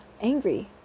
angry